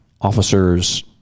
officers